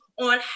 on